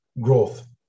growth